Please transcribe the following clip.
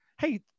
Hey